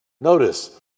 Notice